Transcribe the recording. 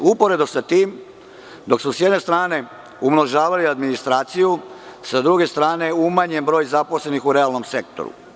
Uporedo sa tim, dok su sa jedne strane umnožavali administraciju, sa druge strane umanjen je broj zaposlenih u realnom sektoru.